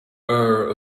are